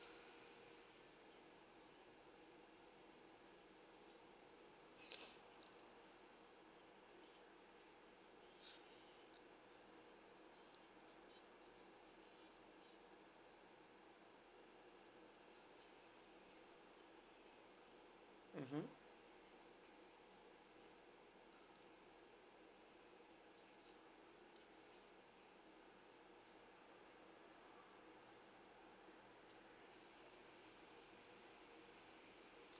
mmhmm